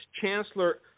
Chancellor